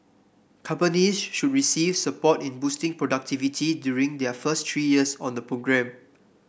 companies should receive support in boosting productivity during their first three years on the programme